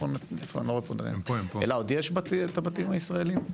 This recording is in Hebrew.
עוד יש הבתים הישראליים?